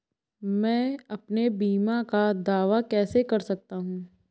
मैं अपने बीमा का दावा कैसे कर सकता हूँ?